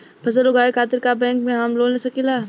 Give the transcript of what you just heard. फसल उगावे खतिर का बैंक से हम लोन ले सकीला?